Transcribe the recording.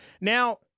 Now